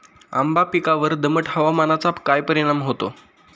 आंबा पिकावर दमट हवामानाचा काय परिणाम होतो?